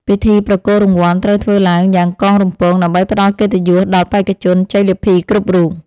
ពិធីប្រគល់រង្វាន់ត្រូវធ្វើឡើងយ៉ាងកងរំពងដើម្បីផ្ដល់កិត្តិយសដល់បេក្ខជនជ័យលាភីគ្រប់រូប។